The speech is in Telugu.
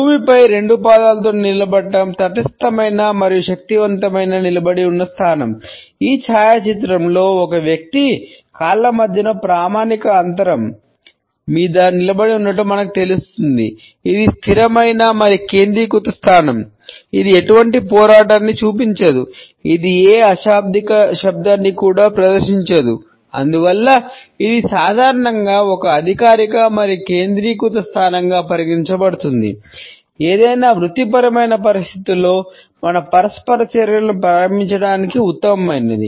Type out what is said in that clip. భూమిపై రెండు పాదాలతో నిలబడటం తటస్థమైన స్థానంగా పరిగణించబడుతుంది ఏదైనా వృత్తిపరమైన పరిస్థితిలో మన పరస్పర చర్యలను ప్రారంభించడానికి ఉత్తమమైనది